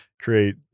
create